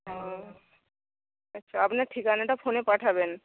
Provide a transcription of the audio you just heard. ও আচ্ছা আপনার ঠিকানাটা ফোনে পাঠাবেন